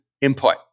input